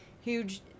huge